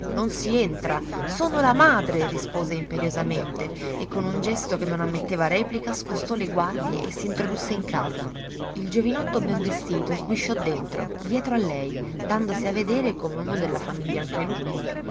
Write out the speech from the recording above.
non si entra sono la madre rispose imperiosamente e con un gesto che non ammetteva replica scostò le guardie e s'introdusse in casa il giovinotto ben vestito sguisciò dentro dietro a lei dandosi a vedere come uno della famiglia anche lui